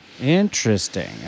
Interesting